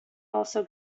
also